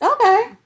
Okay